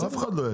אף אחד לא יעכב.